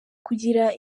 kugira